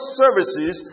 services